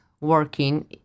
working